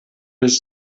his